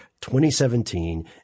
2017